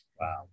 Wow